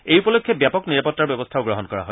এই উপলক্ষে ব্যাপক নিৰাপত্তাৰ ব্যৱস্থাও গ্ৰহণ কৰা হয়